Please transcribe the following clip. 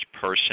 person